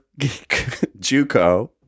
JUCO